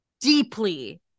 deeply